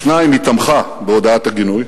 בשתיים היא תמכה בהודעת הגינוי.